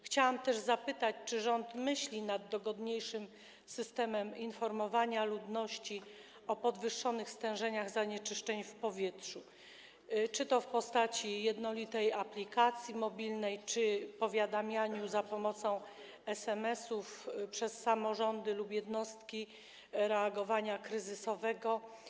Chciałam też zapytać, czy rząd myśli nad dogodniejszym systemem informowania ludności o podwyższonych stężeniach zanieczyszczeń w powietrzu, czy to w postaci jednolitej aplikacji mobilnej, czy powiadamiania za pomocą SMS-ów przez samorządy lub jednostki reagowania kryzysowego.